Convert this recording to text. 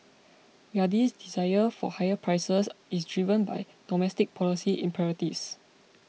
Riyadh's desire for higher prices is driven by domestic policy imperatives